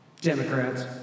Democrats